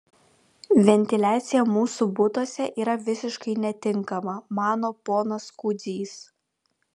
ventiliacija mūsų butuose yra visiškai netinkama mano ponas kudzys